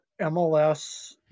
MLS